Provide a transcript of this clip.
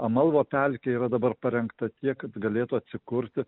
amalvo pelkė yra dabar parengta tiek kad galėtų atsikurti